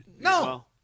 No